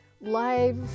live